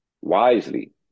wisely